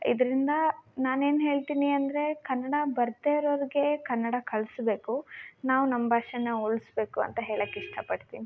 ಇದರಿಂದ ನಾನು ಏನು ಹೇಳ್ತೀನಿ ಅಂದರೆ ಕನ್ನಡ ಬರದೆ ಇರೋರಿಗೆ ಕನ್ನದ ಕಲಿಸ್ಬೇಕು ನಾವು ನಮ್ಮ ಭಾಷೆನ ಉಳಿಸ್ಬೇಕು ಅಂತ ಹೇಳೋಕೆ ಇಷ್ಟ ಪಡ್ತಿನಿ